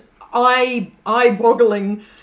eye-boggling